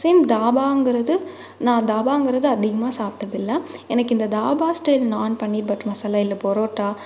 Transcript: சென் தாபாங்கிறது நான் தாபாங்கிறது அதிகமாக சாப்பிட்டது இல்லை எனக்கு இந்த தாபா ஸ்டைல் நாண் பன்னீர் பட்டர் மசாலா இல்லை பொரோட்டா